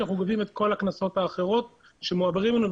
שאנחנו גובים את כל הקנסות האחרים שמועברים אלינו,